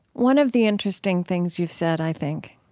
one of the interesting things you've said, i think,